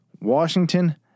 Washington